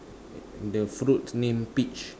the fruit name peach